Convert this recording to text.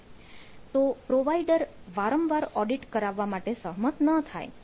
તો પ્રોવાઇડર વારંવાર ઓડિટ કરાવવા માટે સહમત ન થાય